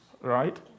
Right